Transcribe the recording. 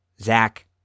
Zach